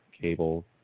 cable